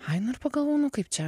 ai nu ir pagalvojau nu kaip čia